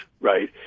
Right